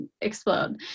explode